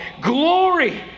glory